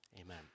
Amen